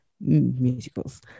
musicals